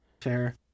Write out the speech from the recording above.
fair